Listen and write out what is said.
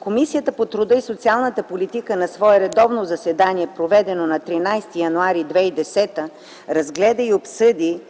Комисията по труда и социалната политика на свое редовно заседание, проведено на 13 януари 2010 г., разгледа и обсъди